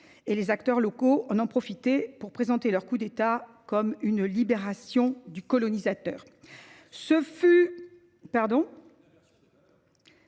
Les acteurs locaux en ont profité pour présenter leur coup d’État comme une libération du colonisateur. Un renversement